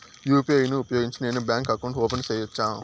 UPI ను ఉపయోగించి నేను బ్యాంకు అకౌంట్ ఓపెన్ సేయొచ్చా?